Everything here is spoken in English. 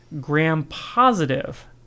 gram-positive